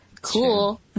Cool